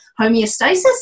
homeostasis